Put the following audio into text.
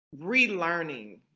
relearning